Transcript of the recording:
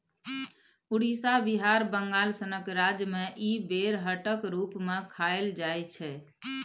उड़ीसा, बिहार, बंगाल सनक राज्य मे इ बेरहटक रुप मे खाएल जाइ छै